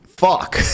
fuck